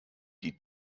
die